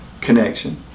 connection